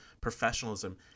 professionalism